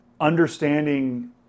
understanding